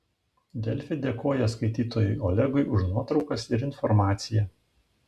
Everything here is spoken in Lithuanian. delfi dėkoja skaitytojui olegui už nuotraukas ir informaciją